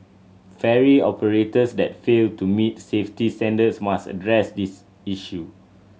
ferry operators that fail to meet safety standards must address this issue